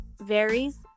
varies